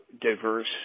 diverse